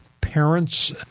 parents